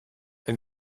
ein